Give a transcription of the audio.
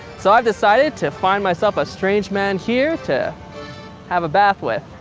so i've decided to find myself a strange man here to have a bath with.